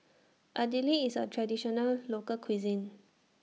Idili IS A Traditional Local Cuisine